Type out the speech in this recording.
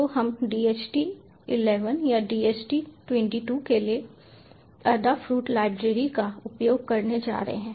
तो हम DHT11 या DHT22 के लिए Adafruit लाइब्रेरी का उपयोग करने जा रहे हैं